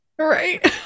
right